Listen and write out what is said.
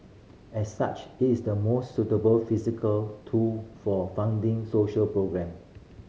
as such it is the most suitable fiscal tool for funding social programme